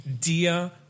Dear